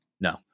No